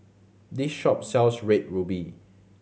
this shop sells Red Ruby